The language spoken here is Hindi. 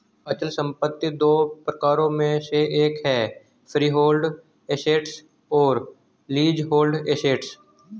अचल संपत्ति दो प्रकारों में से एक है फ्रीहोल्ड एसेट्स और लीजहोल्ड एसेट्स